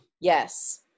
Yes